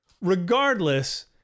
Regardless